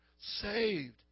saved